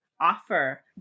offer